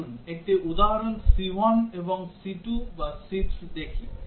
আসুন একটি উদাহরণ c1 এবং c2 বা c3 দেখি